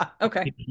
Okay